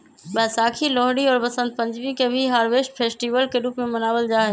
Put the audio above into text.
वैशाखी, लोहरी और वसंत पंचमी के भी हार्वेस्ट फेस्टिवल के रूप में मनावल जाहई